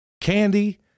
candy